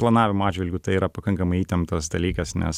planavimo atžvilgiu tai yra pakankamai įtemptas dalykas nes